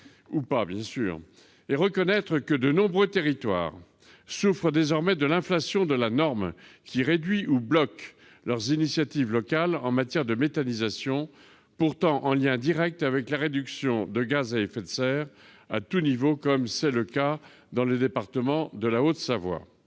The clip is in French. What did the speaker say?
pour bébé, ou pas. De nombreux territoires souffrent désormais de l'inflation de la norme, qui réduit ou bloque leurs initiatives locales en matière de méthanisation, pourtant en lien direct avec la réduction de gaz à effet de serre à tous les niveaux, comme c'est le cas dans le département de la Haute-Savoie.